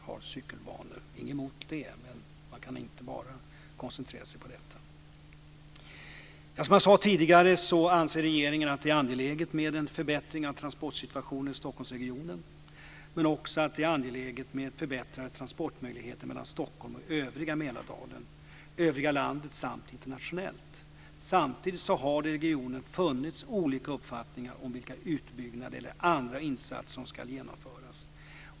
Jag har inget emot det, men man kan inte bara koncentrera sig på cykelbanor. Som jag sade tidigare anser regeringen att det är angeläget med en förbättring av transportsituationen i Stockholmsregionen, men också att det är angeläget med en förbättrad transportmöjlighet mellan Stockholm och övriga Mälardalen, övriga landet samt internationellt. Samtidigt har det i regionen funnits olika uppfattningar om vilka utbyggnader eller andra insatser som ska genomföras.